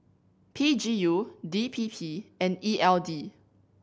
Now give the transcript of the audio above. P G U D P P and E L D